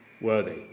worthy